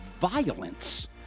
violence